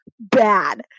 bad